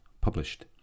published